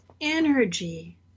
energy